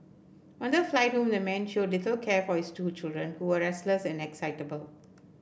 on the flight home the man showed little care for his two children who were restless and excitable